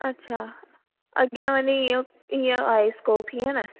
अच्छा अॻियां वञीं इहो ईअं आहे स्कोप हीअं न